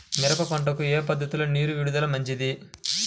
మిరప పంటకు ఏ పద్ధతిలో నీరు విడుదల మంచిది?